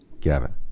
Gavin